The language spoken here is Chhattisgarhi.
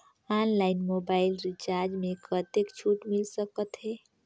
ऑनलाइन मोबाइल रिचार्ज मे कतेक छूट मिल सकत हे?